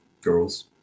girls